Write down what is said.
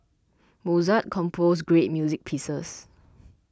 Mozart composed great music pieces